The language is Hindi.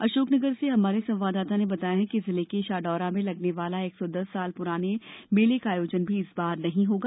अशोकनगर से हमारे संवाददाता ने बताया है कि जिर्ल के शाडौरा में लगने वाला एक सौ दस वर्ष प्राना मेले का आयोजन इस बार नहीं होगा